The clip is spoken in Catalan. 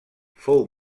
fou